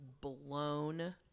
blown